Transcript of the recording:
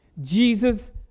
Jesus